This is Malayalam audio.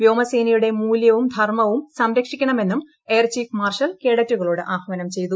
വ്യോമസേനയുടെ മൂല്യവും ധർമ്മവും സംരക്ഷിക്കണമെന്നും എയർ ചീഫ് മാർഷൽ കേഡറ്റുകളോട് ആഹ്വാനം ചെയ്തു